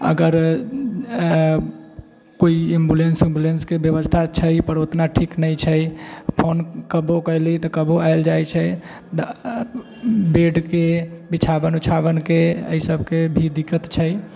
अगर कोइ ऐम्बुलेन्स उम्बलेंसके व्यवस्था छै पर उतना ठीक नहि छै फोन करबो कयली तऽ कभो आयल जाइत छै बेडके बिछावन उछावनके एहिसभके भी दिक्कत छै